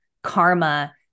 Karma